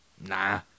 Nah